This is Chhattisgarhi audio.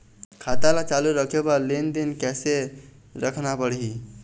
खाता ला चालू रखे बर लेनदेन कैसे रखना पड़ही?